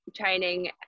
training